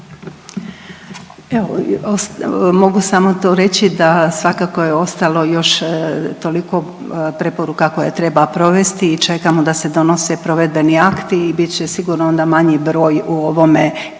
Evo mogu samo to reći da svakako je ostalo još toliko preporuka koje treba provesti i čekamo da se donose provedbeni akti i bit će sigurno onda manji broj u ovome, obvezi